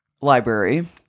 library